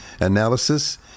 analysis